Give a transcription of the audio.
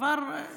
כבר,